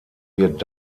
wird